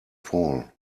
fall